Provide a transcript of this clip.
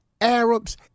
Arabs